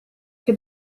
che